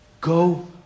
Go